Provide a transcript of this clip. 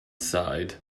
side